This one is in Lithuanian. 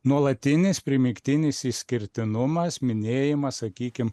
nuolatinis primygtinis išskirtinumas minėjimas sakykim